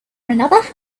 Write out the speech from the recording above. another